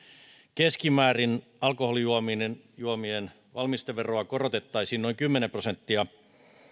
keskimäärin alkoholijuomien valmisteveroa korotettaisiin noin kymmenen prosenttia